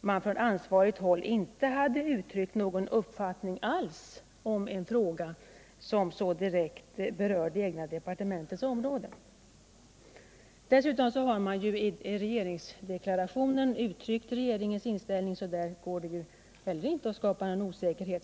man från ansvarigt håll inte hade uttryckt någon uppfattning alls om en fråga som så direkt berör det egna departementets område. Dessutom har regeringens inställning uttryckts i regeringsdeklarationen, så där går det nog inte att skapa någon osäkerhet.